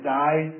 die